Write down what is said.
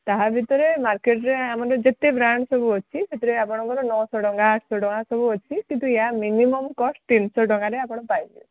ତାହା ଭିତରେ ମାର୍କେଟରେ ଆମର ଯେତେ ବ୍ରାଣ୍ଡ ସବୁ ଅଛି ସେଥିରେ ଆପଣଙ୍କର ନଅଶହ ଟଙ୍କା ଆଠଶହ ଟଙ୍କା ସବୁ ଅଛି କିନ୍ତୁ ୟା ମିନିମମ୍ କଷ୍ଟ୍ ତିନିଶହ ଟଙ୍କାରେ ଆପଣ ପାଇବେ